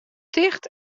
ticht